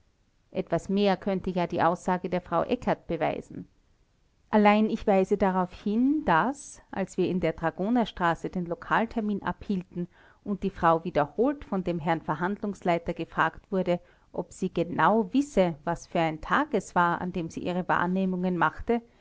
etwas mehr könnte ja die aussage der frau eckert beweisen allein ich weise darauf hin daß als wir in der dragonerstraße den lokaltermin abhielten und die frau wiederholt von dem herrn verhandlungsleiter gefragt wurde ob sie genau wisse was für ein tag es war an dem sie ihre wahrnehmungen machte